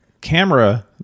camera